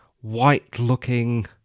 white-looking